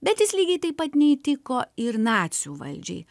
bet jis lygiai taip pat neįtiko ir nacių valdžiai